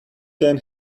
than